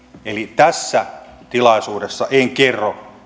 eli tässä tilaisuudessa en kerro